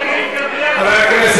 משתגעים גם בלי הצבא,